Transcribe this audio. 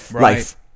life